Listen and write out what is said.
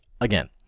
again